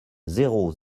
zéro